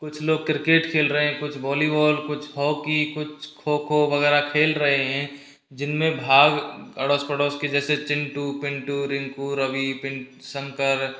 कुछ लोग क्रिकेट खेल रहे हैं कुछ बोलीबॉल कुछ हॉकी कुछ खो खो वगैरह खेल रहे हैं जिनमें भाग अड़ोस पड़ोस के जैसे चिंटू पिंटू रिनकु रवि पिनट शंकर